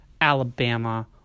Alabama